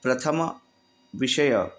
प्रथमविषयः